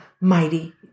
mighty